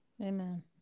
Amen